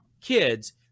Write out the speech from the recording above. kids